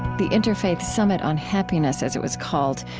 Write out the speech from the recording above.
the interfaith summit on happiness, as it was called,